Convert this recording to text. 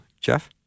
Jeff